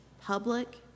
public